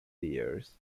years